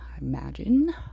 imagine